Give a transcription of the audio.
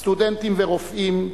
סטודנטים ורופאים,